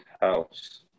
house